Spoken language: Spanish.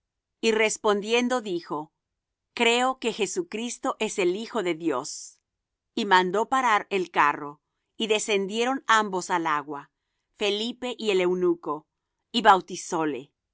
y respondiendo dijo creo que jesucristo es el hijo de dios y mandó parar el carro y descendieron ambos al agua felipe y el eunuco y bautizóle y